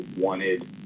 wanted